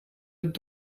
het